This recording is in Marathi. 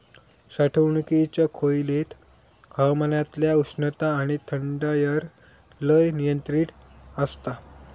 साठवणुकीच्या खोलयेत हवामानातल्या उष्णता आणि थंडायर लय नियंत्रण आसता